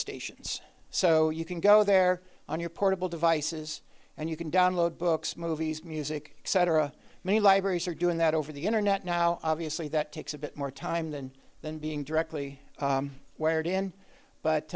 stations so you can go there on your portable devices and you can download books movies music etc many libraries are doing that over the internet now obviously that takes a bit more time than than being directly where it in but